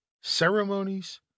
ceremonies